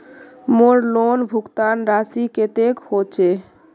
मोर लोन भुगतान राशि कतेक होचए?